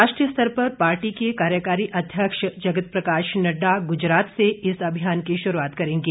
राष्ट्रीय स्तर पर पार्टी के कार्यकारी अध्यक्ष जगत प्रकाश नड्डा गुजरात से इस अभियान की शुरूआत करेंगे